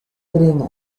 bringe